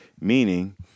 Meaning